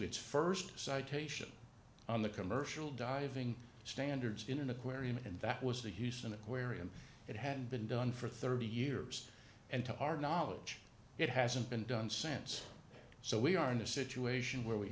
its st citation on the commercial diving standards in an aquarium and that was the houston aquarium it had been done for thirty years and to our knowledge it hasn't been done sense so we are in a situation where we